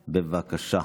בבקשה.